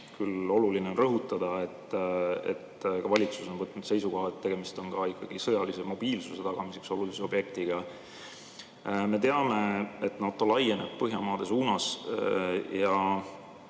Oluline on siiski rõhutada, et valitsus on võtnud seisukoha, et tegemist on ikkagi ka sõjalise mobiilsuse tagamiseks olulise objektiga. Me teame, et NATO laieneb Põhjamaade suunas.